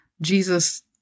Jesus